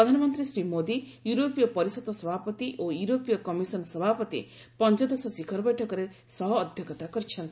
ପ୍ରଧାନମନ୍ତ୍ରୀ ଶ୍ରୀ ମୋଦୀ ୟୁରୋପୀୟ ପରିଷଦ ସଭାପତି ଓ ୟୁରୋପୀୟ କମିଶନ୍ ସଭାପତି ପଞ୍ଚଦଶ ଶିଖର ବୈଠକରେ ସହ ଅଧ୍ୟକ୍ଷତା କରିଛନ୍ତି